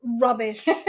rubbish